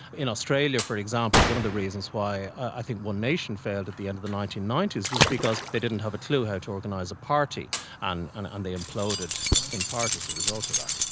in australia for example, one of the reasons why i think one nation failed at the end of the nineteen ninety s was because they didn't have a clue how to organise a party and and and they imploded in part as a result of that.